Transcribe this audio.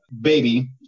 baby